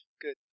Good